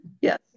Yes